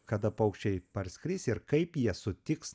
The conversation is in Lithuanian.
kada paukščiai parskris ir kaip jie sutiks